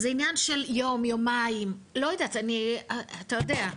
זה עניין של יום-יומיים, לא יודעת, אתה יודע.